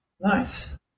Nice